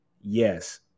yes